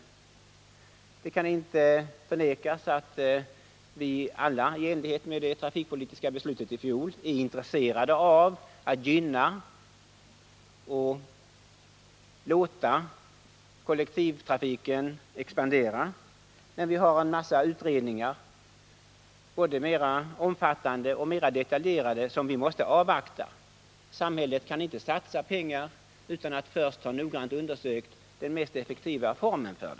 Det kan inte förnekas att vi alla, vilket framgår av det trafikpolitiska beslutet i fjol, är intresserade av att gynna kollektivtrafiken och låta den expandera, men det pågår en mängd utredningar, både om detaljer och om mer omfattande frågor, som vi måste avvakta. Samhället kan inte satsa pengar utan att först ha noggrant undersökt vilken som är den mest effektiva formen.